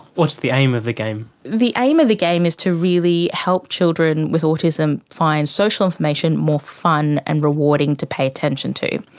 what's the aim of the game? the aim of the game is to really help children with autism find social information more fun and rewarding to pay attention to.